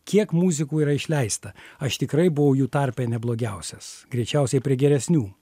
kiek muzikų yra išleista aš tikrai buvau jų tarpe ne blogiausias greičiausiai prie geresnių